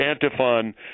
antiphon